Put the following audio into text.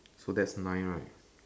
so that's nine right